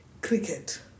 cricket